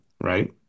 Right